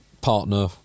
Partner